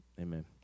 amen